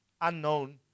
unknown